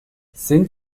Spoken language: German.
sind